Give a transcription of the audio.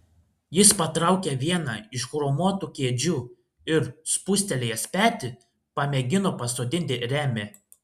jis patraukė vieną iš chromuotų kėdžių ir spustelėjęs petį pamėgino pasodinti remį